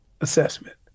assessment